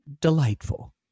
delightful